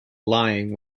lying